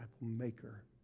maker